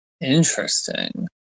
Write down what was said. Interesting